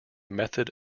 method